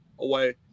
away